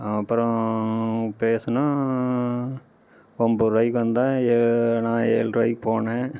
அப்புறோம் பேசினோம் ஒம்போதுருவாய்க்கு வந்தான் ஏ நான் ஏழ்ருபாய்க்கு போனேன்